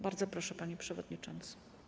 Bardzo proszę, panie przewodniczący.